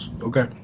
Okay